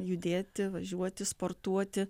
judėti važiuoti sportuoti